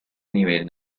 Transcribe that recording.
nivel